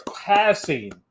passing